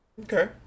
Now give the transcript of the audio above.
Okay